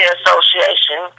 Association